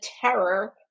terror